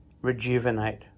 rejuvenate